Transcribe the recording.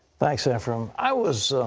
thanks, efrem. i was